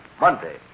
Monday